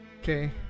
Okay